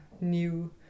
new